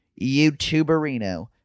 YouTuberino